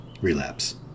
relapse